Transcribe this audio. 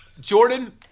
Jordan